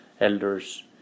elders